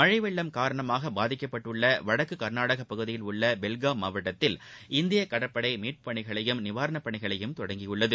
மனழ வெள்ளம் காரணமாக பாதிக்கப்பட்டுள்ள வடக்கு கர்நாடக பகுதியில் உள்ள பெல்காம் மாவட்டத்தில் இந்திய கடற்படை மீட்பு பணிகளையும் நிவாரணப் பணிகளையும் தொடங்கியுள்ளது